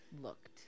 looked